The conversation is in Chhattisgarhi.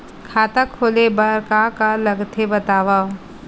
खाता खोले बार का का लगथे बतावव?